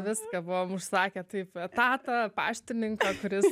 viską buvom užsakę taip etatą paštininką kuris